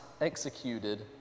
executed